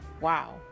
Wow